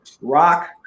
rock